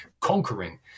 conquering